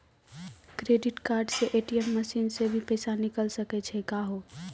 Credit card से ATM machine से भी पैसा निकल सकै छि का हो?